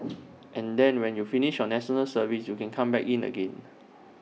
and then when you finish your National Service you can come back in again